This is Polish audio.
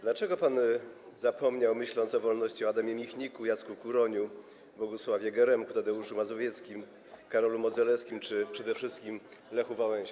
Dlaczego pan zapomniał, myśląc o wolności, o Adamie Michniku, Jacku Kuroniu, Bronisławie Geremku, Tadeuszu Mazowieckim, Karolu Modzelewskim czy przede wszystkim Lechu Wałęsie?